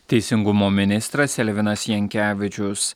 teisingumo ministras elvinas jankevičius